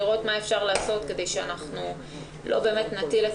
נראה מה אפשר לעשות כדי שלא נטיל את